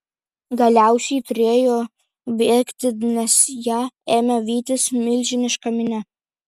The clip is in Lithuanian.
galiausiai turėjo bėgti nes ją ėmė vytis milžiniška minia